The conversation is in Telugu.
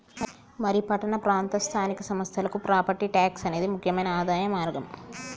మరి పట్టణ ప్రాంత స్థానిక సంస్థలకి ప్రాపట్టి ట్యాక్స్ అనేది ముక్యమైన ఆదాయ మార్గం